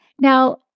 Now